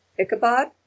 Ichabod